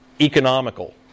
economical